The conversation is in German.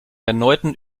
erneuten